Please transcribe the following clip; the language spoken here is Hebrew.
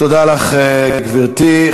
תודה לך, גברתי.